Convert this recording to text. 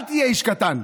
אל תהיה איש קטן.